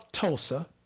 Tulsa